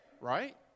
right